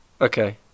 Okay